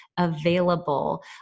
available